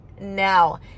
now